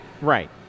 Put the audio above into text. Right